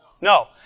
No